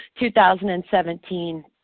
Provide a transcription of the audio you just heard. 2017